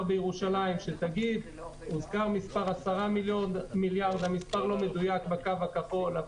בירושלים הוזכר 10 מיליארד אבל המספר לא מדויק בקו הכחול.